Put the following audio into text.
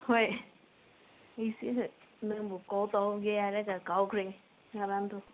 ꯍꯣꯏ ꯑꯩꯁꯨ ꯅꯪꯕꯨ ꯀꯣꯜ ꯇꯧꯒꯦ ꯍꯥꯏꯔꯒ ꯀꯥꯎꯈ꯭ꯔꯦ ꯉꯔꯥꯡꯗꯣ